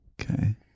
Okay